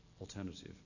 alternative